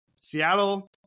Seattle